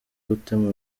gutema